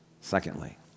Secondly